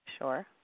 Sure